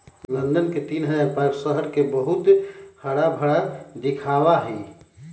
London के तीन हजार पार्क शहर के बहुत हराभरा दिखावा ही